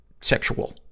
sexual